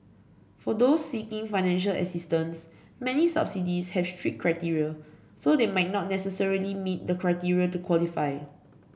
for those seeking financial assistance many subsidies have strict criteria so they might not necessarily meet the criteria to qualify